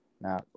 Now